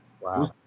Wow